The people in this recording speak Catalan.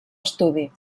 estudi